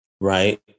right